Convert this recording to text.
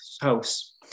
house